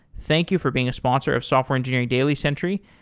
thank you for being a sponsor of software engineering daily, sentry,